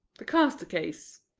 the caster case.